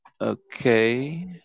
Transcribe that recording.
okay